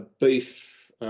beef